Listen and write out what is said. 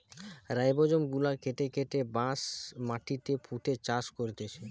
rhizome গুলা কেটে কেটে বাঁশ মাটিতে পুঁতে চাষ করতিছে